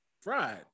fried